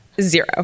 Zero